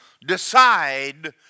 Decide